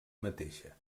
mateixa